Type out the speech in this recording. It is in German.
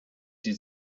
die